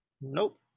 Nope